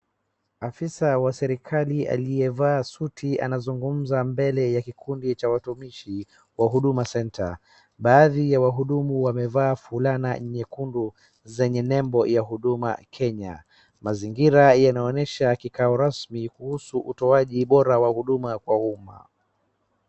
Afisa wa serekali aliyevaa suti anazungumza mbele ya kikundi cha watumishi wa huduma center. Baadhi ya wahudumu wamevaa fulana nyekundu zenye nembo ya huduma kenya mazingira yanaonyesha kikao rasmi kuhusu utoaji bora wa huduma kwa umma.